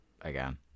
again